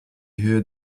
höhe